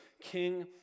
King